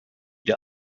der